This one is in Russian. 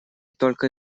только